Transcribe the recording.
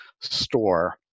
store